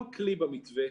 כל כלי במתווה,